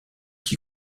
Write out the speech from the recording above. qui